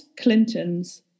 Clintons